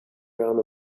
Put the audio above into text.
round